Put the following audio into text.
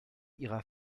ihrer